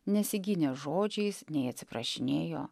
nesigynė žodžiais nei atsiprašinėjo